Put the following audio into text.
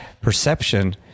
perception